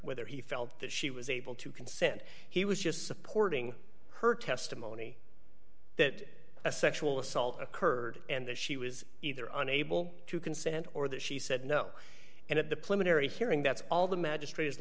whether he felt that she was able to consent he was just supporting her testimony that a sexual assault occurred and that she was either unable to consent or that she said no and at the plenary hearing that's all the magistra